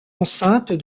enceinte